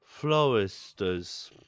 floristers